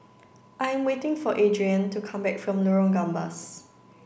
I'm waiting for Adriane to come back from Lorong Gambas